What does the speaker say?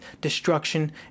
destruction